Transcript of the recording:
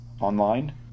Online